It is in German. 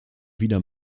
wieder